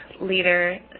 leader